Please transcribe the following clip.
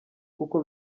kuko